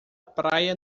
praia